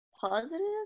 positive